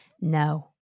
No